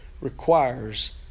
requires